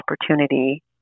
opportunity